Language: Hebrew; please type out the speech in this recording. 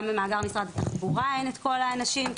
גם במאגר משרד התחבורה אין את כל האנשים.